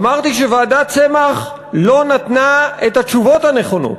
אמרתי שוועדת צמח לא נתנה את התשובות הנכונות.